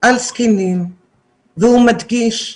על זקנים והוא מדגיש,